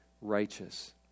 righteous